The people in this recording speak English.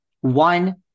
One